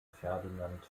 ferdinand